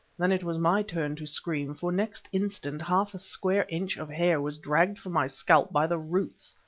then it was my turn to scream, for next instant half a square inch of hair was dragged from my scalp by the roots.